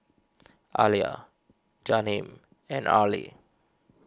Alia Jaheim and Arlie